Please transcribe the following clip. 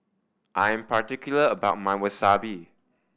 I am particular about my Wasabi